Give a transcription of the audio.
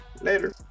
later